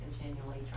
continually